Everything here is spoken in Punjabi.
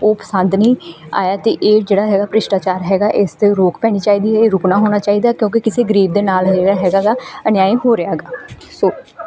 ਉਹ ਪਸੰਦ ਨਹੀਂ ਆਇਆ ਅਤੇ ਇਹ ਜਿਹੜਾ ਹੈਗਾ ਭ੍ਰਿਸ਼ਟਾਚਾਰ ਹੈਗਾ ਇਸ 'ਤੇ ਰੋਕ ਪੈਣੀ ਚਾਹੀਦੀ ਹੈ ਇਹ ਰੁਕਣਾ ਹੋਣਾ ਚਾਹੀਦਾ ਕਿਉਂਕਿ ਕਿਸੇ ਗਰੀਬ ਦੇ ਨਾਲ ਜਿਹੜਾ ਹੈਗਾ ਐਗਾ ਅਨਿਆਏ ਹੋ ਰਿਹਾ ਹੈਗਾ ਸੋ